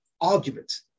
argument